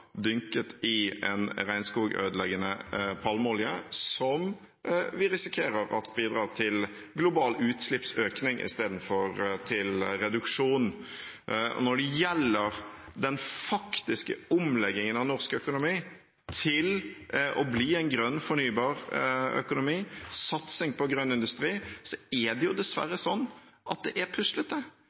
dynket i en regnskogødeleggende palmeolje, som vi risikerer at bidrar til global utslippsøkning istedenfor til reduksjon. Når det gjelder den faktiske omleggingen av norsk økonomi til å bli en grønn fornybar økonomi og satsing på grønn industri, er det dessverre sånn at det er puslete. Se hvordan regjeringen nå har satset på store skattelettelser til